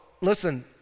listen